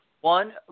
One